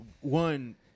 one